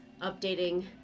updating